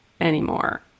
anymore